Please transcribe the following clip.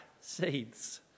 seeds